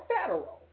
federal